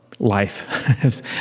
life